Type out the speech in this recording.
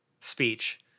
speech